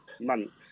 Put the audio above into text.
Months